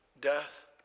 death